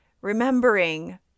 remembering